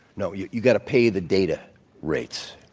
no, yeah you've got to pay the data rates.